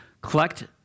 collect